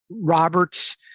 Roberts